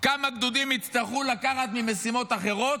כמה גדודים יצטרכו לקחת ממשימות אחרות